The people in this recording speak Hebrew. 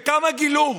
וכמה גילו?